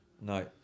No